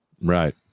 right